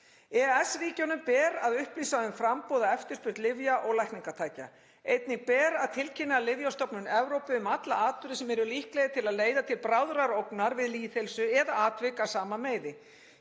EES-ríkjunum ber að upplýsa um framboð og eftirspurn lyfja og lækningatækja. Einnig ber að tilkynna Lyfjastofnun Evrópu um alla atburði sem eru líklegir til að leiða til bráðrar ógnar við lýðheilsu eða atvik af sama meiði.